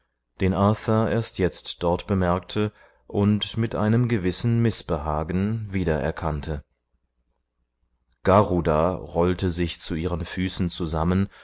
den arthur erst jetzt dort bemerkte und mit einem gewissen mißbehagen wiedererkannte garuda rollte sich zu ihren füßen zusammen